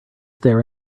there